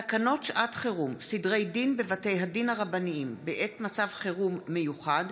תקנות שעת חירום (סדרי דין בבתי הדין הרבניים בעת מצב חירום מיוחד),